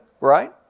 right